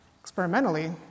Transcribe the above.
experimentally